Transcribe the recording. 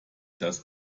das